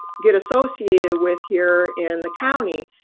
get associated with here in the county?